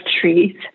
trees